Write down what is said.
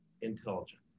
intelligence